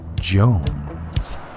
Jones